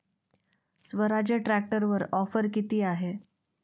स्वराज्य ट्रॅक्टरवर ऑफर किती आहे?